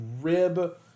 rib